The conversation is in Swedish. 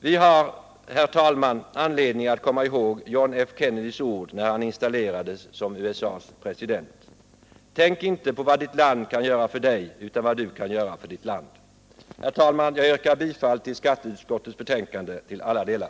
Vi har, herr talman, anledning att komma ihåg John F. Kennedys ord när han installerades som USA:s president: ”Tänk inte på vad ditt land kan göra för dig utan vad du kan göra för ditt land!” Herr talman! Jag yrkar bifall till skatteutskottets hemställan i alla delar.